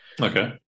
okay